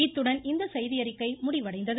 இத்துடன் இந்த செய்தியறிக்கை முடிவடைந்தது